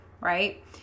Right